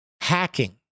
hacking